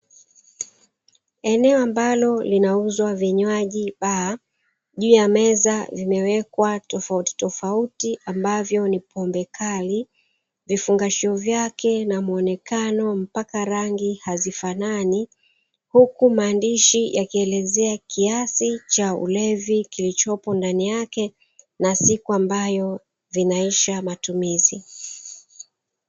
Eneo ambalo linauzwa vinywaji baa juu ya meza zimewekwa tofautitofauti ambavyo ni pombe kali, vifungashio vyake na muonekano mpaka rangi hazifanani, huku maandishi yakielezea kiasi cha ulevi kilichopo ndani yake na siku ambayo vinaisha matumizi.